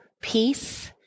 peace